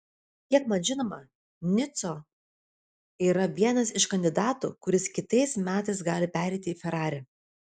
kiek man žinoma nico yra vienas iš kandidatų kuris kitais metais gali pereiti į ferrari